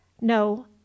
no